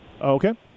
Okay